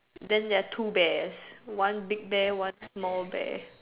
then there are two bears one big bear one small bear